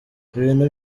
ibintu